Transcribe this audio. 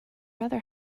rather